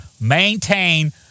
maintain